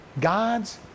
God's